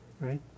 Right